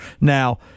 Now